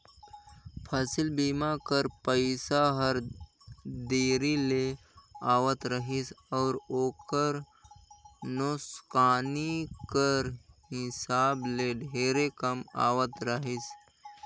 फसिल बीमा कर पइसा हर देरी ले आवत रहिस अउ ओकर नोसकानी कर हिसाब ले ढेरे कम आवत रहिस